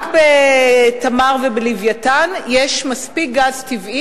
רק ב"תמר" וב"לווייתן" יש מספיק גז טבעי